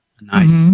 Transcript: Nice